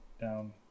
down